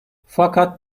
fakat